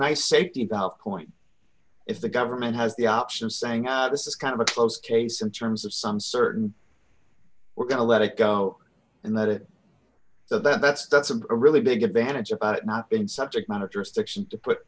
nice safety valve point if the government has the option of saying this is kind of a closed case in terms of some certain we're going to let it go and let it so that's that's a really big advantage of not been subject matter jurisdiction to put